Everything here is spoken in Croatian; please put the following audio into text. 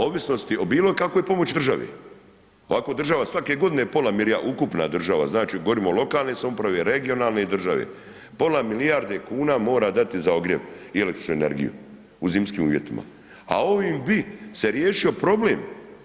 Ovisnosti o bilokakvoj pomoći državi, ovako država svake godine, ukupna država, znači govorim o lokalnoj samoupravi, regionalnoj i državi, pola milijarde kuna mora dati za ogrjev i električnu energiju u timskim uvjetima a ovim bi se riješio problem.